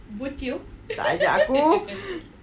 tak ajak aku